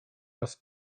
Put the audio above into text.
raz